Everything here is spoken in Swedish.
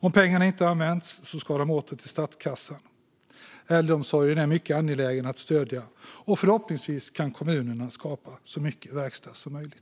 Om pengarna inte har använts ska de åter till statskassan. Äldreomsorgen är det mycket angeläget att stödja, och förhoppningsvis kan kommunerna skapa så mycket verkstad som möjligt.